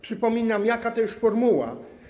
Przypominam, jaka to jest formuła.